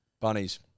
Bunnies